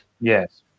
Yes